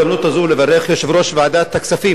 בהזדמנות הזאת אני רוצה לברך את יושב-ראש ועדת הכספים.